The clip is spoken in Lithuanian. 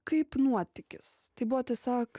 kaip nuotykis tai buvo tiesiog